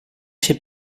się